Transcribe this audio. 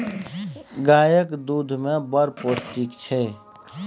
गाएक दुध मे बड़ पौष्टिक छै